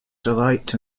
delight